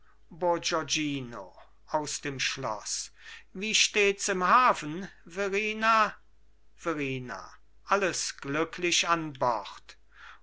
aus dem schloß wie stehts im hafen verrina verrina alles glücklich an bord